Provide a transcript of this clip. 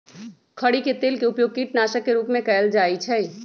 खरी के तेल के उपयोग कीटनाशक के रूप में कएल जाइ छइ